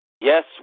Yes